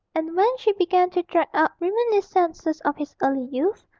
and when she began to drag up reminiscences of his early youth,